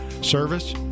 Service